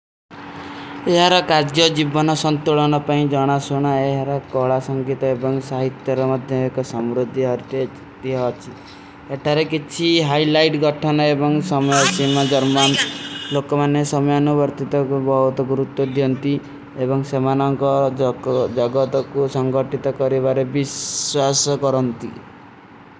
ଇହରା କାଜ୍ଯୋ ଜିଵନ ସନ୍ତୁଲନ ପାଇଣ ଜନା ସୁନା, ଇହରା କୌଡା ସଂଗୀତ ଏବଂ ଶାହିତ୍ତେର ମଦ୍ଦେଂ। ଏକ ସମ୍ରୁଦ୍ଧୀ ଅର୍ଥେଜ ଦିଯା ହାଁଚୀ। ଇତାରେ କିଛୀ ହାଈଲାଇଡ ଗଥନ ଏବଂ ସମଯାସୀମା ଜର୍ମାନ। ଲୋକ ମାନେ ସମଯାନ ଵର୍ଥିତା କୋ ବହୁତ ଉତ୍ତୋ ଦିଯାଂତୀ, ଏବଂ ସମଯାନ ଜଗତ କୋ ସଂଗାତିତା କରେ ବାରେ ଵିଶ୍ଵାସ କରାଂତୀ।